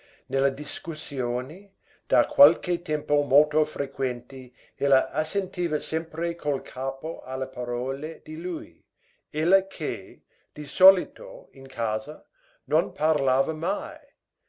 nelle discussioni da qualche tempo molto frequenti ella assentiva sempre col capo alle parole di lui ella che di solito in casa non parlava mai